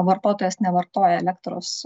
vartotojas nevartoja elektros